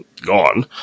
gone